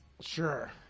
Sure